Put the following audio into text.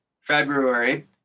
February